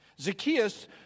Zacchaeus